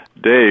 Dave